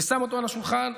ושם אותו על השולחן.